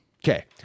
Okay